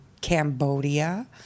Cambodia